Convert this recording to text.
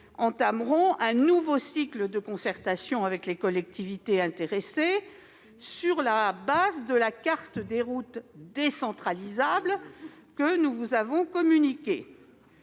été voté, un nouveau cycle de concertations avec les collectivités intéressées, sur la base de la carte des routes décentralisables que nous vous avons communiquée.